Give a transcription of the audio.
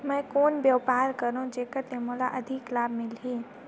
मैं कौन व्यापार करो जेकर से मोला अधिक लाभ मिलही?